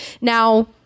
Now